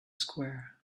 square